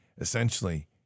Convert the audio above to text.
Essentially